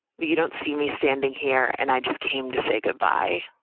but you don't see me standing here. and i just came to say goodbye.